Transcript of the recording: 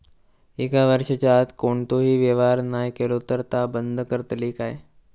एक वर्षाच्या आत कोणतोही व्यवहार नाय केलो तर ता बंद करतले काय?